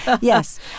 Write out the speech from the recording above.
Yes